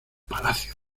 palacio